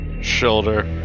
shoulder